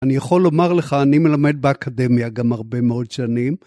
אני יכול לומר לך, אני מלמד באקדמיה גם הרבה מאוד שנים.